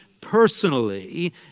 personally